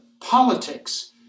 politics